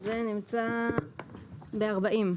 ניתן לראות בעמוד 40 במצגת.